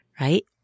right